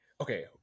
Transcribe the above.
okay